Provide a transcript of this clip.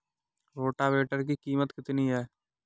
Rotavator की कीमत कितनी है?